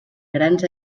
grans